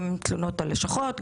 גם תלונות על לשכות,